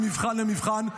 ממבחן למבחן,